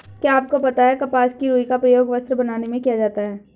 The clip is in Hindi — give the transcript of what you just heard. क्या आपको पता है कपास की रूई का प्रयोग वस्त्र बनाने में किया जाता है?